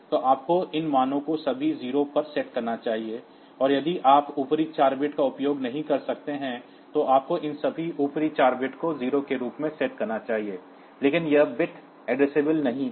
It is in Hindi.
तो आपको इन मानों को सभी 0 पर सेट करना चाहिए और यदि आप ऊपरी 4 बिट्स का उपयोग नहीं कर रहे हैं तो आपको इन सभी ऊपरी 4 बिट्स को 0 के रूप में सेट करना चाहिए लेकिन यह बिट एड्रेसेबल नहीं है